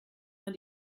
man